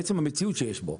מעצם המציאות שיש בו,